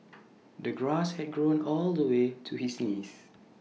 the grass had grown all the way to his knees